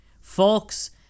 folks